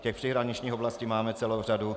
Těch příhraničních oblastí máme celou řadu.